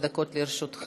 כבוד השר,